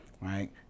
right